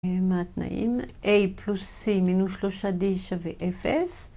מהתנאים? a פלוס c מינוס שלושה d שווה 0.